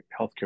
healthcare